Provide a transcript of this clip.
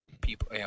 people